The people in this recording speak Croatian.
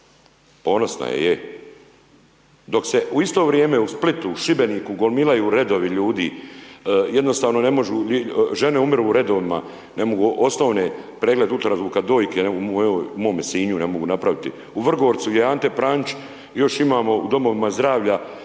ponosna je, je. Dok se u isto vrijeme u Splitu, u Šibeniku gomilaju redovi ljudi, jednostavno ne možu, žene umiru u redovima ne mogu osnovne, pregled ultrazvuka dojke ne mogu, u mome Sinju ne mogu napraviti, u Vrgorcu je Ante Pranić, još imamo u Domovima zdravlja